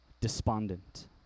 despondent